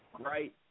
right